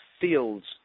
fields